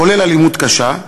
כולל אלימות "קשה".